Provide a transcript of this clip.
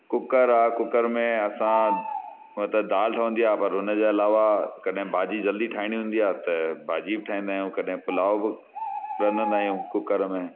cooker आहे cooker में असां हूअ त दालि ठहंदी आहे पर उनजे अलावा कॾहिं भाॼी जल्दी ठाहिणी हूंदी आहे त भाॼी ठाहींदा आहियूं कॾहिं पुलाउ रधंदा आहियूं कूकर में